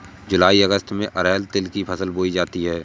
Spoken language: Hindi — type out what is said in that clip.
जूलाई अगस्त में अरहर तिल की फसल बोई जाती हैं